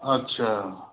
अच्छा